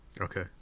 Okay